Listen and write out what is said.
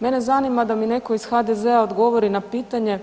Mene zanima da mi netko iz HDZ-a odgovori na pitanje